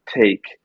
take